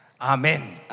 Amen